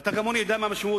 ואתה כמוני יודע מה המשמעות.